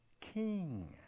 king